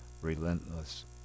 relentless